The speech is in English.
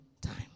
time